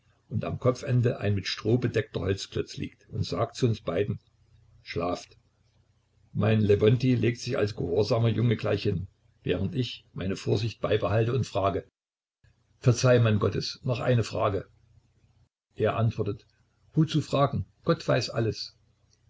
und am kopfende ein mit stroh bedeckter holzklotz liegt und sagt zu uns beiden schlaft mein lewontij legt sich als gehorsamer junge gleich hin während ich meine vorsicht beibehalte und frage verzeih mann gottes noch eine frage er antwortet wozu fragen gott weiß alles